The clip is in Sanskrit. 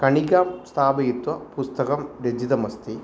गणिकां स्थापयित्वा पुस्तकं रचितम् अस्ति